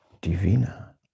Divina